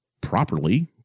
properly